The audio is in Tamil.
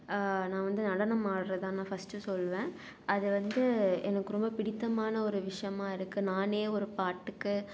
நான் வந்து நடனம் ஆடுறது தான் நான் ஃபஸ்ட்டு சொல்லுவேன் அது வந்து எனக்கு ரொம்ப பிடித்தமான ஒரு விஷயமா இருக்குது நானே ஒரு பாட்டுக்கு